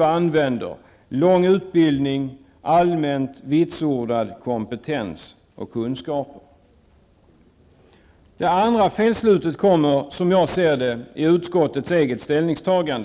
använder -- ''lång utbildning'', ''allmänt vitsordad'' kompetens och kunskaper -- tyder på detta. Det andra felslutet kommer i utskottets eget ställningstagande.